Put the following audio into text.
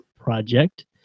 Project